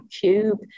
cube